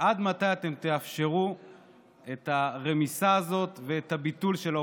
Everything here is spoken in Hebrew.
עד מתי אתם תאפשרו את הרמיסה הזאת ואת הביטול של האופוזיציה?